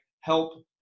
help